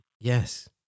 Yes